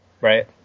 Right